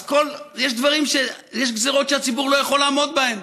אז יש גזרות שהציבור לא יכול לעמוד בהן.